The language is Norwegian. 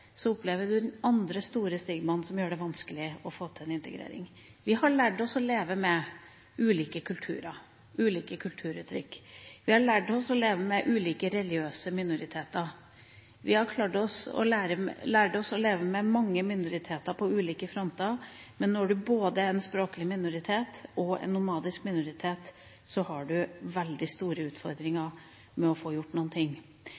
opplever de det andre store stigmaet som gjør det vanskelig å få til en integrering. Vi har lært oss å leve med ulike kulturer og ulike kulturuttrykk. Vi har lært oss å leve med ulike religiøse minoriteter. Vi har lært oss å leve med mange minoriteter på ulike fronter, men når det er både en språklig minoritet og en nomadisk minoritet, har man veldig store